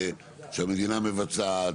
שהמדינה מבצעת,